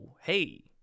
hey